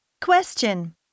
Question